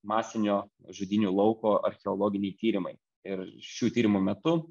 masinio žudynių lauko archeologiniai tyrimai ir šių tyrimų metu